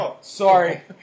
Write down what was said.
Sorry